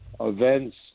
events